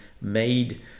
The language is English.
made